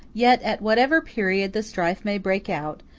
yet, at whatever period the strife may break out,